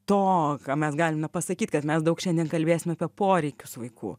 to ką mes galime pasakyt kad mes daug šiandien kalbėsim apie poreikius vaikų